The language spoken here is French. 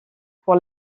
pour